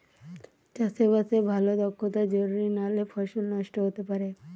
চাষে বাসে ভালো দক্ষতা জরুরি নালে ফসল নষ্ট হতে পারে